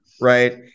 Right